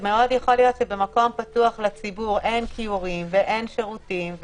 שמאוד יכול להיות שבמקום פתוח לציבור אין כיורים ואין שירותים,